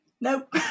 Nope